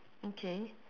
okay